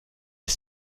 les